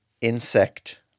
insect